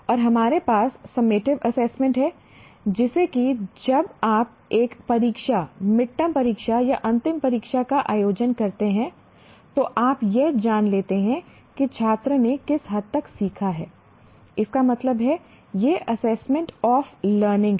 और हमारे पास सममेटीव एसेसमेंट है जैसे कि जब आप एक परीक्षा मिडटर्म परीक्षा या अंतिम परीक्षा का आयोजन करते हैं तो आप यह जान लेते हैं कि छात्र ने किस हद तक सीखा है इसका मतलब है यह असेसमेंट ऑफ लर्निंग है